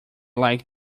like